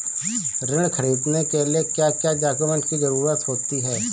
ऋण ख़रीदने के लिए क्या क्या डॉक्यूमेंट की ज़रुरत होती है?